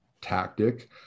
tactic